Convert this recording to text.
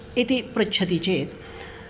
इति पृच्छति चेत्